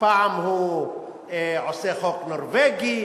פעם הוא עושה חוק נורבגי,